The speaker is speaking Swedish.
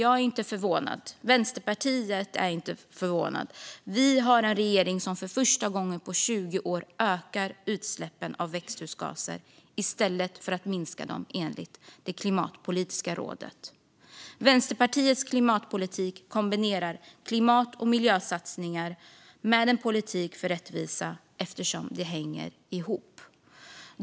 Vi i Vänsterpartiet är dock inte förvånade. Vi har en regering som för första gången på 20 år ökar utsläppen av växthusgaser i stället för att minska dem, detta enligt Klimatpolitiska rådet. Vänsterpartiet kombinerar klimat och miljösatsningar med en politik för rättvisa, eftersom det hänger ihop.